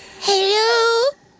hello